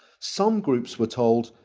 some groups were told,